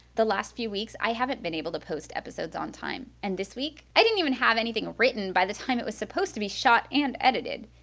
the last few weeks, i haven't been able to post episodes on time. and, this week i didn't even have anything written by the time it was supposed to be shot and edited.